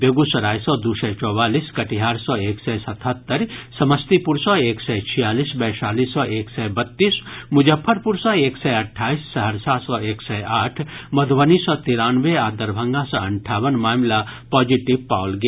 बेगूसराय सँ दू सय चौवालीस कटिहार सँ एक सय सतहत्तरि समस्तीपुर सँ एक सय छियालीस वैशाली सँ एक सय बत्तीस मुजफ्फरपुर सँ एक सय अट्ठाईस सहरसा सँ एक सय आठ मधुबनी सँ तिरानवे आ दरभंगा सँ अंठावन मामिला पॉजिटिव पाओल गेल